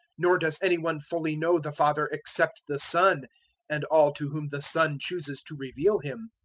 nor does any one fully know the father except the son and all to whom the son chooses to reveal him.